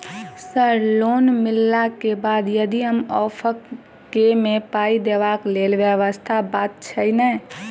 Sir loan मिलला केँ बाद हम यदि ऑफक केँ मे पाई देबाक लैल व्यवस्था बात छैय नै?